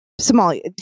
Somalia